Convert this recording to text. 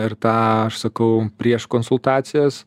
ir tą aš sakau prieš konsultacijas